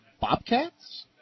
Bobcats